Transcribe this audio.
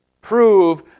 prove